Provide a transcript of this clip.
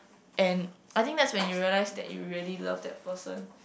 and I think that's when you realised that you really loved that person